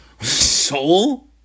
Soul